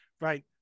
Right